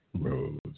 Rose